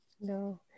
No